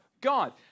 God